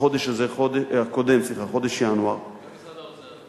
החודש הקודם, חודש ינואר, גם משרד האוצר.